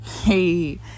Hey